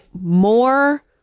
more